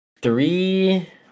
Three